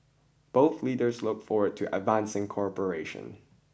both leaders look forward to advancing cooperation